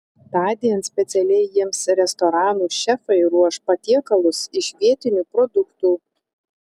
tądien specialiai jiems restoranų šefai ruoš patiekalus iš vietinių produktų